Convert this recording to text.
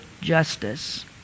justice